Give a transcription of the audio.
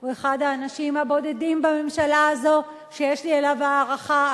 הוא אחד האנשים הבודדים בממשלה הזאת שיש לי אליו הערכה,